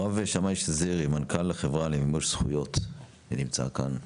הרב שמאי שזירי, מנכ"ל חברה למימוש זכויות, בבקשה.